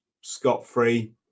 scot-free